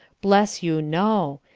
bless you, no.